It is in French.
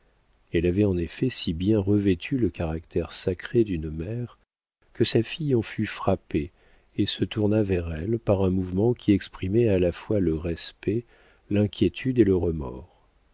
elle avait en effet si bien revêtu le caractère sacré d'une mère que sa fille en fut frappée et se tourna vers elle par un mouvement qui exprimait à la fois le respect l'inquiétude et le remords